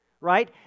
right